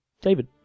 David